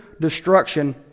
destruction